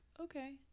okay